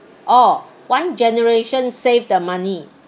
oh one generation save the money